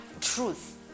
truth